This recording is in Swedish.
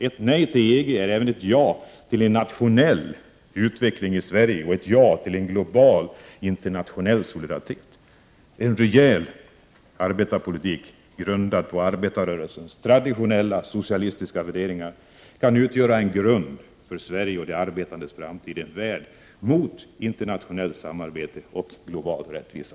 Ett nej till EG är även ett ja till en nationell utveckling i Sverige och ett ja till global solidaritet. En rejäl arbetarpolitik, byggd på arbetarrörelsens traditionella socialistiska värderingar, kan utgöra en grund för Sveriges och de arbetandes framtid, ett värn för internationellt samarbete och global rättvisa.